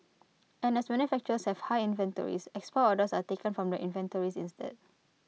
and as manufacturers have high inventories export orders are taken from the inventories instead